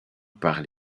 par